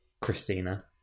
christina